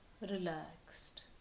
Relaxed